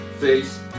face